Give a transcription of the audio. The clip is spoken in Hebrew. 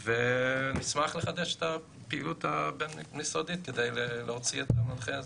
ונשמח לחדש את הפעילות הבין-משרדית כדי להוציא את המנחה הזה.